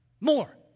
More